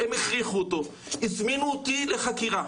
הם הכריחו אותו, הזמינו אותי לחקירה.